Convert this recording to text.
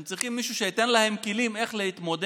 הם צריכים מישהו שייתן להם כלים להתמודד